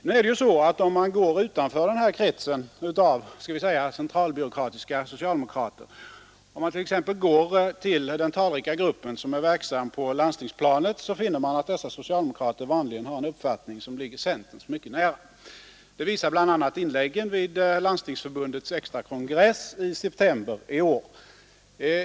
Om man emellertid går utanför den här kretsen av, skall vi säga, centralbyråkratiska socialdemokrater till den talrika grupp av socialdemokrater som är verksamma på t.ex. landstingsplanet, finner man att dessa socialdemokrater vanligen har en uppfattning som ligger centerns mycket nära. Det visar bl.a. inläggen vid Landstingsförbundets extra kongress i september i år.